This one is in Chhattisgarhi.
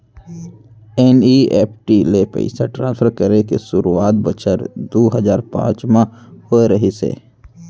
एन.ई.एफ.टी ले पइसा ट्रांसफर करे के सुरूवात बछर दू हजार पॉंच म होय रहिस हे